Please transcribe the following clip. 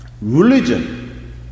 religion